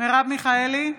מרב מיכאלי,